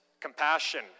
compassion